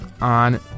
on